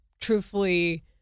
truthfully